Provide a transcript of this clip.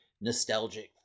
nostalgic